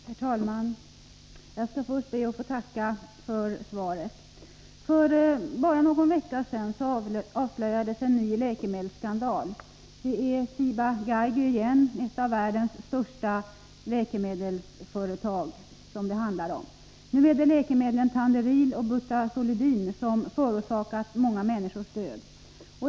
Herr talman! Jag ber att få tacka för svaret. För bara någon vecka sedan avslöjades en ny läkemedelsskandal. Det handlar åter om Ciba-Geigy, ett av världens största läkemedelsföretag. Nu är det läkemedlen Tanderil och Butazolidin som förorsakat många människors död.